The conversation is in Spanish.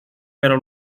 pero